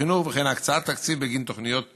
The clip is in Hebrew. חינוך וכן הקצאת תקציב בגין תוכניות מיוחדות.